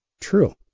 true